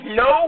no